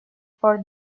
por